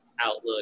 outlook